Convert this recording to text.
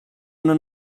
una